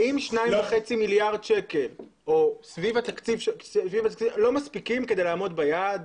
האם 2.5 מיליארד שקל לא מספיקים כדי לעמוד ביעד?